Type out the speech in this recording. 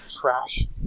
trash